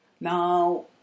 Now